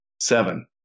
Seven